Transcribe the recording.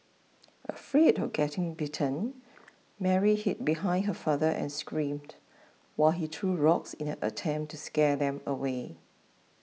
afraid of getting bitten Mary hid behind her father and screamed while he threw rocks in an attempt to scare them away